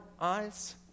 eyes